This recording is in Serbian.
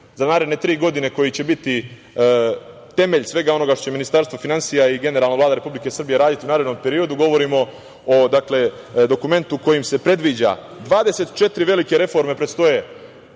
za naredne tri godine koji će biti temelj svega onoga što će Ministarstvo finansija i generalno Vlada Republike Srbije raditi u narednom periodu, govorimo o, dakle, dokumentu kojim se predviđaju 24 velike reforme, kao što je